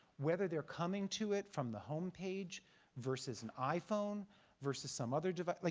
whether they're coming to it from the home page versus an iphone versus some other device, like